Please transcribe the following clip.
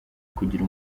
kugira